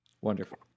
Wonderful